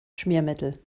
schmiermittel